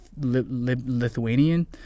Lithuanian